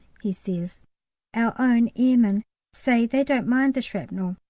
he says our own airmen say they don't mind the shrapnel.